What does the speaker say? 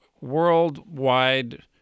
worldwide